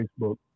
Facebook